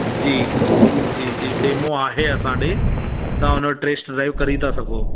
जी जी जी डेमो आहे असां ॾे तव्हां हुनमें टेस्ट ड्राइव करे था सघो